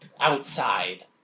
outside